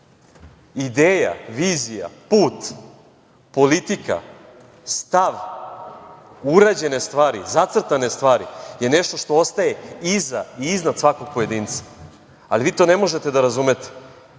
vizija, put, politika, stav, urađene stvari, zacrtane stvari su nešto što ostaje iza i iznad svakog pojedinca, ali vi to ne možete da razumete.